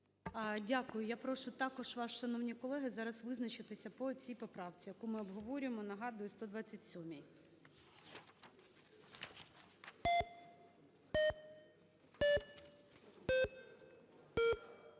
Дякую. Я прошу також вас, шановні колеги, зараз визначитися по цій поправці, яку ми обговорюємо, нагадую, 127-й.